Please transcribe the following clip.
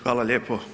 Hvala lijepo.